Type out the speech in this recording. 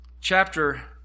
chapter